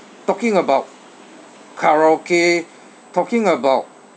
talking about karaoke talking about